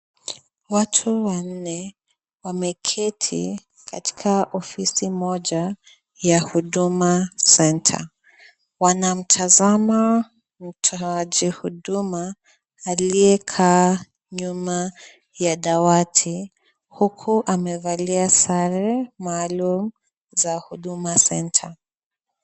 Watu wanne wameketi katika ofisi moja, ya Huduma Center. Wanamtazama. Wanamtazama mtahaji huduma aliyekaa nyuma ya dawati huku amevalia sare maalum za Huduma Center.